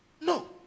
No